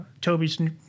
Toby's